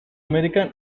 american